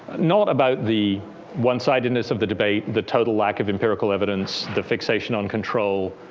not about the one-sidedness of the debate, the total lack of empirical evidence, the fixation on control,